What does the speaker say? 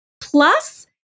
Plus